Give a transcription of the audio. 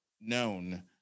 known